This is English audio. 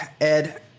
Ed